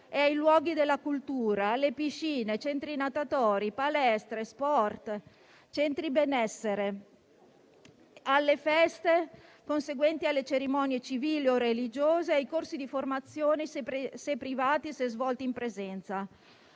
e ai luoghi della cultura, alle piscine, ai centri natatori, alle palestre e ai centri sportivi, ai centri benessere, alle feste conseguenti alle cerimonie civili o religiose, ai corsi di formazione privati, se svolti in presenza.